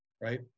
right